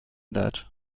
that